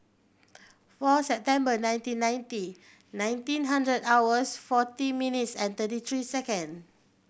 four September nineteen ninety nineteen hundred hours forty minutes and thirty three second